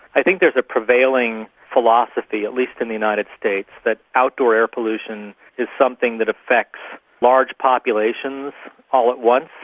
i think there's a prevailing philosophy, at least in the united states, that outdoor air pollution is something that affects large populations all at once.